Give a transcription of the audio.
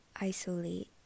Isolate